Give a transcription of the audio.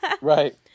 Right